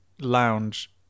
lounge